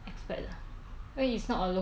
err locally locally from